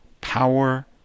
power